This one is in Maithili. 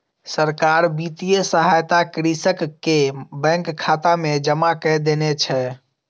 सरकार वित्तीय सहायता कृषक के बैंक खाता में जमा कय देने छै